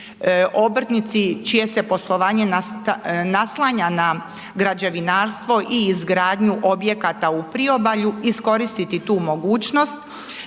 obrtnici čije se poslovanje naslanja na građevinarstvo i izgradnju objekata u Priobalju iskoristiti tu mogućnost